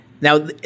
Now